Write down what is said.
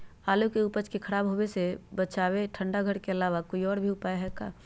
आलू के उपज के खराब होवे से बचाबे ठंडा घर के अलावा कोई और भी उपाय है का?